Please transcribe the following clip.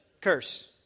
Curse